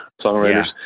songwriters